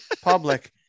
public